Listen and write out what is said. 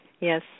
Yes